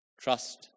Trust